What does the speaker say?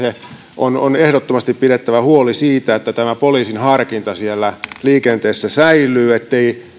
on on ehdottomasti pidettävä huoli siitä että poliisin harkinta siellä liikenteessä säilyy ettei